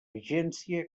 vigència